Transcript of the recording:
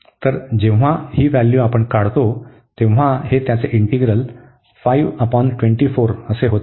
तर जेव्हा ही व्हॅल्यू आपण काढतो तेव्हा हे त्याचे इंटीग्रल होते